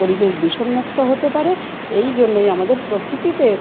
পরিবেশ দূষণমুক্ত হতে পারে এই জন্যই আমাদের প্রকৃতিকে